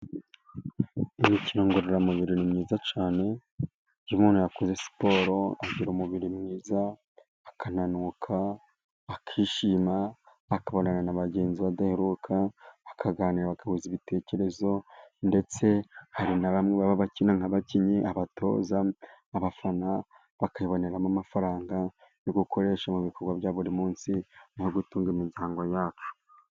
Imikino ngororamubiri ni myiza cyane. Iyo umuntu yakoze siporo agira umubiri mwiza, akananuka akishima akabonana na bagenzi adaheruka, akaganira bagahuza ibitekerezo ndetse hari na bamwe baba bakina nk'abakinnyi, abatoza, abafana bakaboneramo amafaranga yo gukoresha mu bikorwa bya buri munsi no gutunga imiryango yacu.